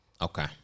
Okay